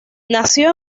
nació